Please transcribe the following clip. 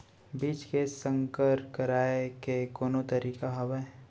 बीज के संकर कराय के कोनो तरीका हावय?